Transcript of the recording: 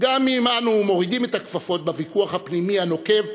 גם אם אנו מורידים את הכפפות בוויכוח הפנימי הנוקב,